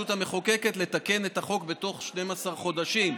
המחוקקת לתקן את החוק בתוך 12 חודשים.